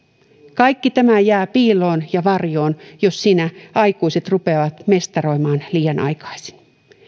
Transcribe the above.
kaikki tämä jää piiloon ja varjoon jos siinä aikuiset rupeavat mestaroimaan liian aikaisin